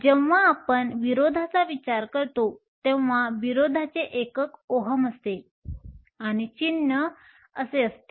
जेव्हा आपण विरोधाचा विचार करतो तेव्हा विरोधाचे एकक ओहम असते आणि चिन्ह Ω असे असते